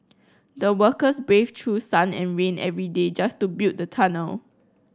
the workers braved through sun and rain every day just to build the tunnel